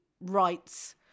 rights